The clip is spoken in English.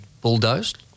bulldozed